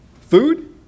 food